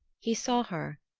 he saw her,